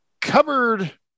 covered